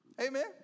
Amen